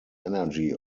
energy